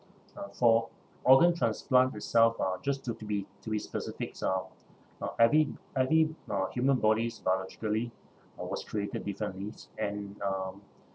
uh for organ transplant itself uh just to b~ be to be specifics ah uh every every uh human body is biologically or was created differently and um